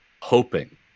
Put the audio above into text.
hoping